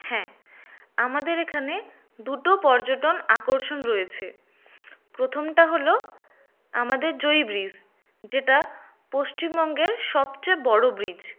হ্যাঁ আমাদের এখানে দুটো পর্যটন আকর্ষণ রয়েছে প্রথমটা হল আমাদের জয়ী ব্রিজ যেটা পশ্চিমবঙ্গের সবচেয়ে বড় ব্রিজ